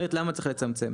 אחרת למה צריך לצמצם,